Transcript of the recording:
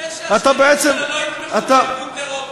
מצפה שהשכנים שלו לא יתמכו בארגון טרור.